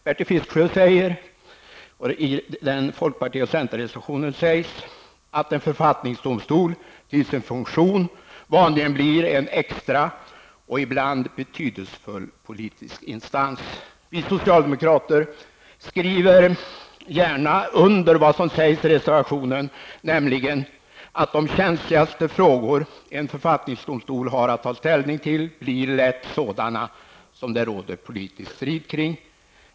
Bertil Fiskesjö säger och även i reservationen från folkpartiet och centern sägs, att en författningsdomstol till sin funktion vanligen blir en extra och ibland betydelsefull politisk instans. Vi socialdemokrater skriver gärna under på vad som sägs i reservationen, nämligen att de känsligaste frågor en författningsdomstol har att ta ställning till lätt blir sådana som det råder politisk strid kring.